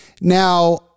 now